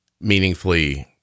meaningfully